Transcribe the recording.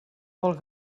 pel